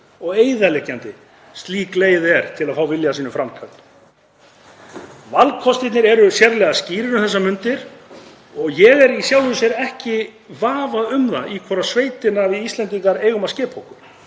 og eyðileggjandi slík leið er til að fá vilja sínum fram. Valkostirnir eru sérlega skýrir um þessar mundir. Ég er í sjálfu sér ekki í vafa um það í hvora sveitina við Íslendingar eigum að skipa okkur.